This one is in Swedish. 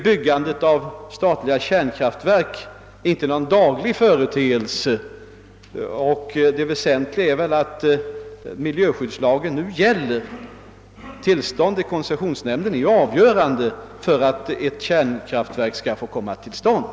Byggandet av statliga kärnkraftverk är ju inte någon daglig företeelse, och det väsentliga är väl att miljöskyddslagen nu gäller. Tillstånd av koncessionsnämnden är avgörande för om ett kärnkraftverk skall få komma till stånd.